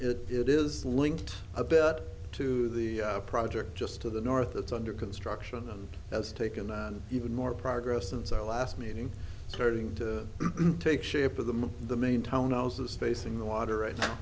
it it is linked a bit to the project just to the north it's under construction and has taken on even more progress since our last meeting starting to take shape with the the main townhouses facing the water right now